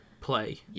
play